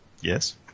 Yes